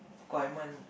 call Iman